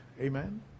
amen